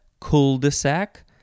cul-de-sac